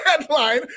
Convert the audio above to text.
headline